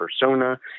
persona